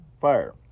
fire